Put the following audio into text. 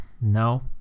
no